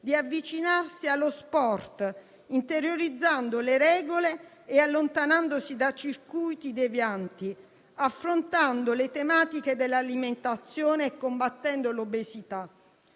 di avvicinarsi allo sport, interiorizzando le regole e allontanandosi da circuiti devianti, affrontando le tematiche dell'alimentazione e combattendo l'obesità.